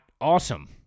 Awesome